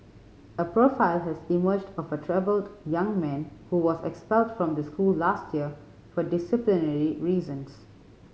a profile has emerged of a troubled young man who was expelled from the school last year for disciplinary reasons